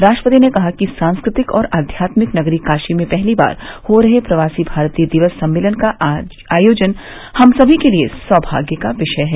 राष्ट्रपति ने कहा कि सांस्कृतिक और आध्यात्मिक नगरी काशी में पहली बार हो रहे प्रवासी भारतीय दिवस सम्मेलन का आयोजन हम समी के लिए सैमाग्य का विषय है